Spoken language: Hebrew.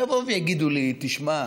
שלא יבואו ויגידו לי: תשמע,